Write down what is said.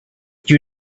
you